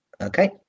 okay